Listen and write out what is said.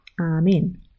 Amen